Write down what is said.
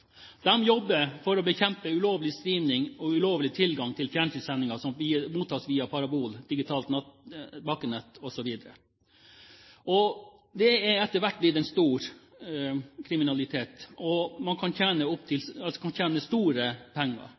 jobber for å bekjempe ulovlig streaming og ulovlig tilgang til fjernsynssendinger som mottas via parabol, digitalt bakkenett osv. Det er etter hvert blitt en stor kriminalitet, og man kan tjene